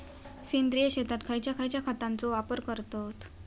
सेंद्रिय शेतात खयच्या खयच्या खतांचो वापर करतत?